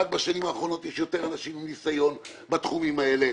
בשנים האחרונות יש יותר אנשים עם ניסיון בתחומים האלה,